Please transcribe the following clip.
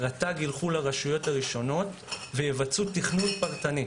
רט"ג ילכו לרשויות הראשונות ויבצעו תכנון פרטני.